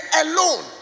alone